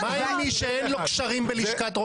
מה עם מי שאין לו קשרים בממשלה?